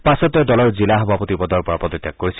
পাছত তেওঁ দলৰ জিলা সভাপতি পদৰ পৰা পদত্যাগ কৰিছিল